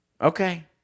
Okay